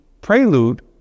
prelude